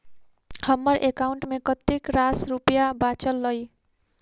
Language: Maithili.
हम्मर एकाउंट मे कतेक रास रुपया बाचल अई?